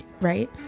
Right